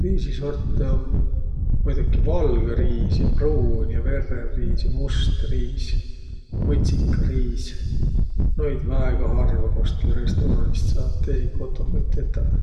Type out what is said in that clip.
Ruiisisortõ um muidoki valgõ riis ja pruun ja verrev riis ja must riis, mõtsik riis. Noid väega harva kostki restoraanist saat. Esiq kotoh võit tetäq.